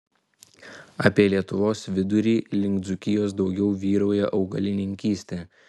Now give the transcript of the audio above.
apie lietuvos vidurį link dzūkijos daugiau vyrauja augalininkystė